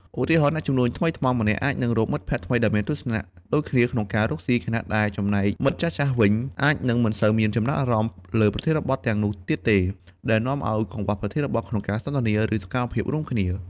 ឧទាហរណ៍ អ្នកជំនួញថ្មីថ្មោងម្នាក់អាចនឹងរកមិត្តថ្មីដែលមានទស្សនៈដូចគ្នាក្នុងការរកស៊ី ខណៈដែលចំណែកមិត្តចាស់ៗវិញ អាចនឹងមិនសូវមានចំណាប់អារម្មណ៍លើប្រធានបទទាំងនោះទៀតទេ ដែលនាំឱ្យកង្វះប្រធានបទក្នុងការសន្ទនា ឬសកម្មភាពរួមគ្នា។